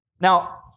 Now